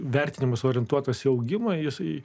vertinimas orientuotas į augimą jisai